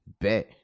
Bet